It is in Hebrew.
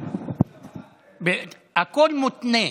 הכול מותנה.